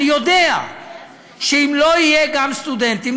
אני יודע שאם לא יהיו גם סטודנטים,